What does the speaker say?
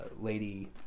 lady